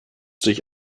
sich